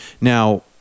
Now